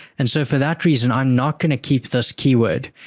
and so, for that reason, i'm not going to keep this keyword.